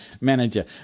manager